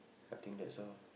I think that's all